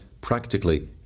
practically